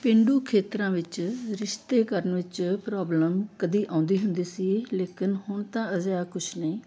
ਪੇਂਡੂ ਖੇਤਰਾਂ ਵਿੱਚ ਰਿਸ਼ਤੇ ਕਰਨ ਵਿੱਚ ਪ੍ਰੋਬਲਮ ਕਦੇ ਆਉਂਦੀ ਹੁੰਦੀ ਸੀ ਲੇਕਿਨ ਹੁਣ ਤਾਂ ਅਜਿਹਾ ਕੁਛ ਨਹੀਂ